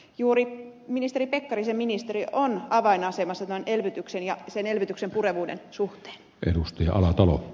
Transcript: juuri ministeri pekkarisen ministeriö on avainasemassa elvytyksen ja sen elvytyksen purevuuden suhteen edusti alatalo